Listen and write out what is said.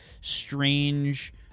strange